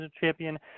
Champion